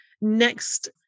next